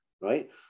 right